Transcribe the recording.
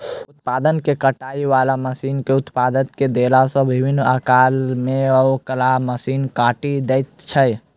उत्पाद के छाँटय बला मशीन मे उत्पाद के देला सॅ विभिन्न आकार मे ओकरा मशीन छाँटि दैत छै